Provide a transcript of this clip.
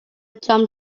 drum